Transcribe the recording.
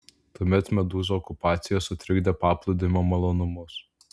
tuomet medūzų okupacija sutrikdė paplūdimio malonumus